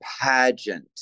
pageant